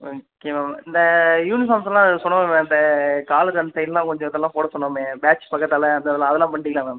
okay ma'am இந்த யூனிஃபாம்ஸ்ஸெல்லாம் சொன்னோமே அந்த காலர் அந்த சைடுலாம் கொஞ்சம் இதெல்லாம் போட சொன்னோமே பேட்ச் பக்கத்தில் அந்த அதெல்லாம் அதெலாம் பண்ணிட்டீங்களா மேம்